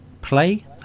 play